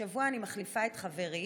השבוע אני מחליפה את חברי